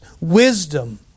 Wisdom